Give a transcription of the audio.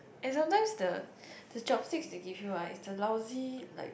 and sometimes the the chopsticks they give you ah is the lousy like